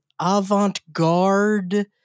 avant-garde